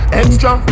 extra